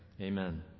amen